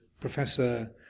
Professor